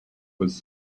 was